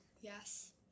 Yes